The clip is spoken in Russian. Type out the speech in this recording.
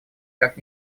как